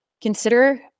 Consider